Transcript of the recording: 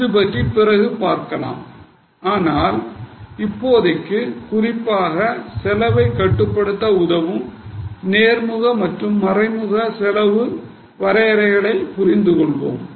இதை பற்றி பிறகு பார்க்கலாம் ஆனால் இப்போதைக்கு குறிப்பாக செலவை கட்டுப்படுத்த உதவும் நேர்முக மற்றும் மறைமுக செலவு வரையறைகளை புரிந்துகொள்வோம்